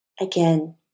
Again